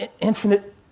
infinite